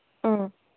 ꯑ